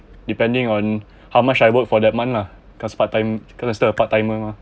depending on how much I work for that month lah cause part time cause I'm still a part timer mah